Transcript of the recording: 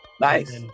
Nice